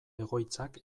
egoitzak